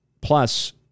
Plus